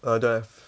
err don't have